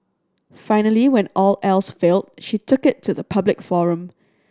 finally when all else failed she took it to the public forum